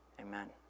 Amen